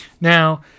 Now